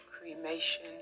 cremation